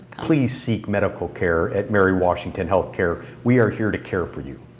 please seek medical care at mary washington healthcare. we are here to care for you.